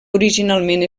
originalment